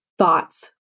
thoughts